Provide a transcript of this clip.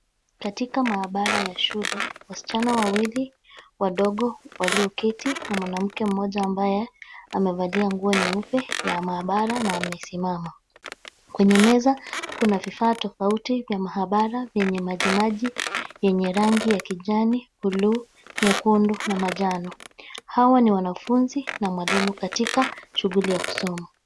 Katika maabara ya shule, wasichana wawili wadogo walioketi na mwanamke ambaye amevalia nguo nyeupe ya maabara na amesimama. Kwenye meza kuna vifaa tofauti vya maabara vyenye maji maji yenye rangi ya kijani, bluu, nyekundu na manjano. Hawa ni wanafunzi na mwalimu katika shughuli ya kusoma.